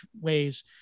ways